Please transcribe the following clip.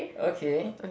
okay